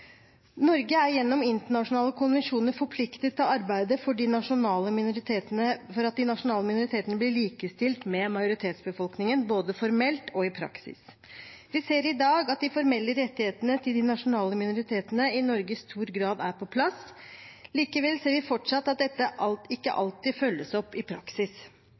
Norge er gjennom internasjonale konvensjoner forpliktet til å arbeide for at de nasjonale minoritetene blir likestilt med majoritetsbefolkningen både formelt og i praksis. Vi ser i dag at de formelle rettighetene til de nasjonale minoritetene i Norge i stor grad er på plass. Likevel ser vi fortsatt at dette ikke alltid følges opp i praksis,